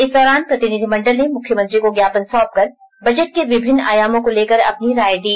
इस दौरान प्रतिनिधिमंडल ने मुख्यमंत्री को ज्ञापन सौंप कर बजट के विभिन्न आयामों को लेकर अपनी राय दी